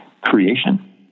creation